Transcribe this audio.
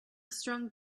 strong